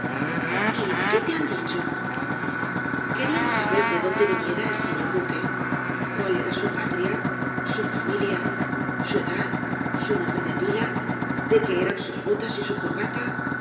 y qué te han dicho querían saber de dónde viniera el señor duque cuál era su patria su familia su edad su nombre de pila de qué eran sus botas y su corbata